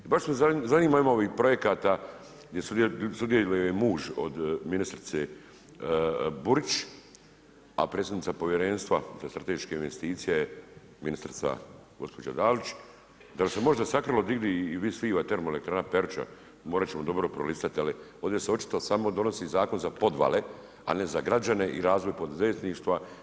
I baš me zanima u ime ovih projekata gdje sudjeluje muž od ministrice Burić, a predsjednica povjerenstva za strateške investicije je ministrica gospođa Dalić, da li se možda sakrilo … termoelektrana Peruča, morat ćemo dobro prolistati ali ovdje se očito samo donosi zakon za podvale a ne za građane i razvoj poduzetništva.